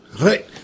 Right